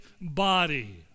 body